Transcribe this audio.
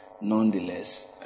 nonetheless